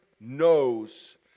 knows